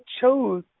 chose